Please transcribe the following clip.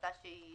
החלטה שהיא